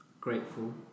Grateful